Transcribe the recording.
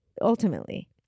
ultimately